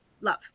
love